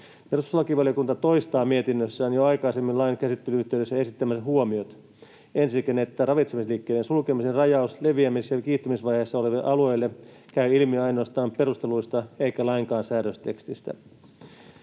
Perustuslakivaliokunta toistaa mietinnössään jo aikaisemman lain käsittelyn yhteydessä esittämänsä huomiot: Ensinnäkin ravitsemisliikkeiden sulkemisen rajaus leviämis- ja kiihtymisvaiheessa oleville alueille käy ilmi ainoastaan perusteluista eikä lainkaan säädöstekstistä.